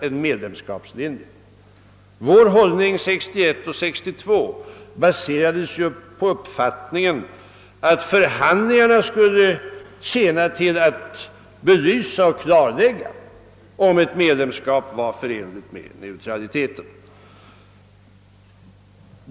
Vår hållning 1961 och 1962 baserades på upp fattningen att förhandlingarna skulle tjäna till att belysa och klarlägga huruvida ett medlemskap var förenligt med neutralitetspolitiken.